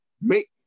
make